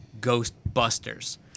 Ghostbusters